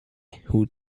who